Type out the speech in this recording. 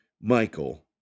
Michael